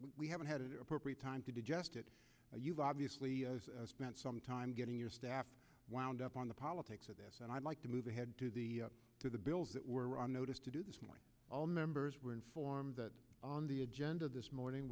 we haven't had it appropriate time to digest it you've obviously spent some time getting your staff wound up on the politics of this and i'd like to move ahead to the to the bills that were on notice to do this morning all members were informed that on the agenda this morning